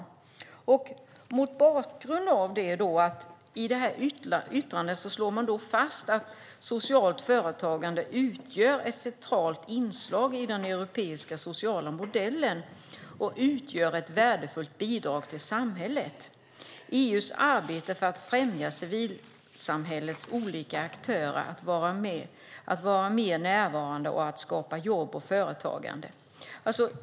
Detta ska ses mot bakgrund av att det i yttrandet slås fast att socialt företagande utgör ett centralt inslag i den europeiska sociala modellen och ett värdefullt bidrag till samhället. EU:s arbete för att främja civilsamhällets olika aktörer att vara mer närvarande i att skapa jobb och företagande är intressant.